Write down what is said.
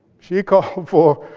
she called for,